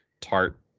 tart